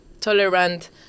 tolerant